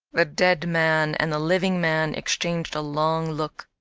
the dead man and the living man exchanged a long look.